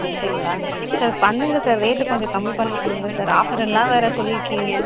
அப்படிங்களா சார் பண்ணுங்க sir rate கொஞ்சம் கம்மி பண்ணி கொடுங்க சார் ஆஃபர் எல்லாம் வேறு சொல்லிருக்கீங்க